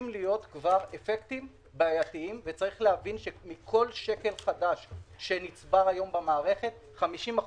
אנחנו מאפשרים לחוסכים לפנסיה, בלי חסמים מיותרים,